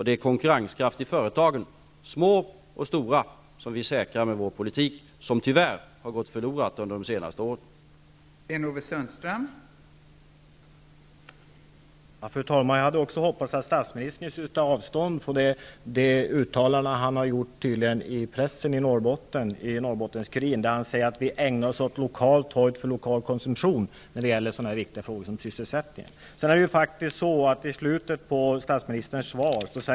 Det är konkurrenskraft som tyvärr gått förlorad under de senaste åren, och det är konkurrenskraft i företagen -- små och stora -- som vi säkrar med vår politik.